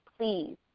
please